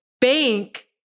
bank